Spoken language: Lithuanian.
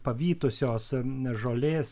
pavytusios žolės